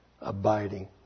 abiding